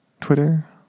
Twitter